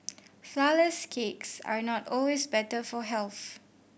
flourless cakes are not always better for health